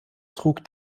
trug